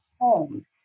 home